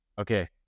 Okay